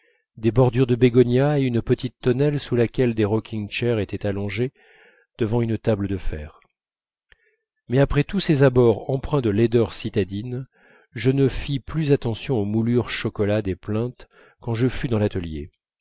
des bordures de bégonias et une petite tonnelle sous laquelle des rocking chairs étaient allongés devant une table de fer mais après tous ces abords empreints de laideur citadine je ne fis plus attention aux moulures chocolat des plinthes quand je fus dans l'atelier